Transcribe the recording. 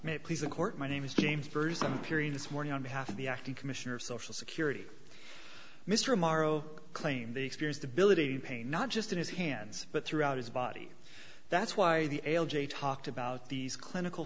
may please the court my name is james byrd some period this morning on behalf of the acting commissioner of social security mr morrow claim the experienced ability to pay not just in his hands but throughout his body that's why the l j talked about these clinical